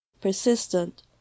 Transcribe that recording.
persistent